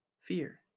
fear